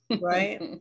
Right